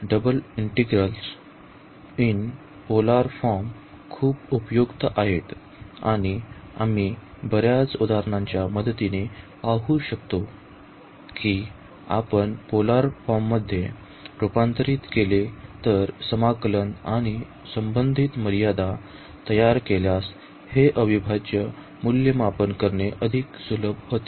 तर double integrals in polar form खूप उपयुक्त आहेत आणि आम्ही बर्याच उदाहरणांच्या मदतीने पाहु शकतो की जर आपण पोलार मध्ये रुपांतरित केले तर समाकलन आणि संबंधित मर्यादा तयार केल्यास हे अविभाज्य मूल्यमापन करणे अधिक सुलभ होते